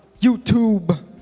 YouTube